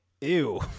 ew